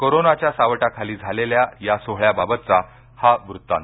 कोरोनाच्या सावटाखाली झालेल्या या सोहळ्याबाबतचा हा वृत्तांत